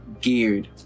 geared